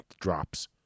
drops